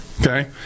okay